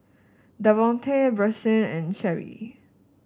Davonte Brycen and Cheri